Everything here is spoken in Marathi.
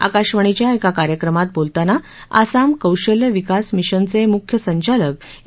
आकाशवाणीच्या एका कार्यक्रमात बोलताना आसाम कौशल्य विकास मिशनचे मुख्य संचालक ए